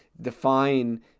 define